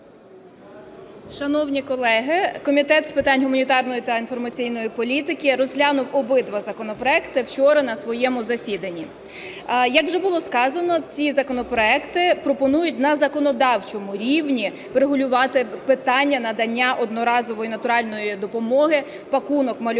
Шановні колеги, Комітет з питань гуманітарної та інформаційної політики розглянув обидва законопроекти вчора на своєму засіданні. Як вже було сказано, ці законопроекти пропонують на законодавчому рівні врегулювати питання надання одноразової натуральної допомоги – "пакунок малюка"